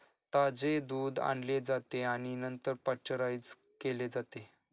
ताजे दूध आणले जाते आणि नंतर पाश्चराइज केले जाते